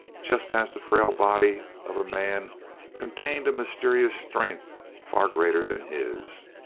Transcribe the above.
just as the frail body of a man contained a mysterious strength far greater than his.